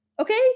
Okay